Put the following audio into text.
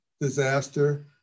disaster